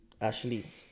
Ashley